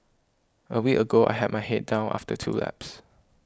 a week ago I had my head down after two laps